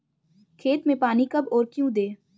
खेत में पानी कब और क्यों दें?